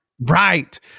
Right